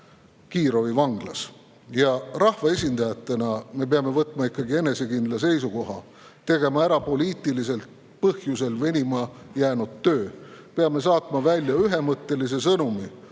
Kirovi vanglas. Rahvaesindajatena me peame võtma enesekindla seisukoha, tegema ära poliitilisel põhjusel venima jäänud töö. Peame saatma välja ühemõttelise sõnumi